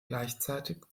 gleichzeitig